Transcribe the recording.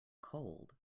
cold